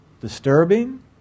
disturbing